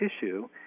tissue